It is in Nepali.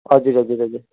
हजुर हजुर हजुर